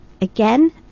Again